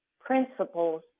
principles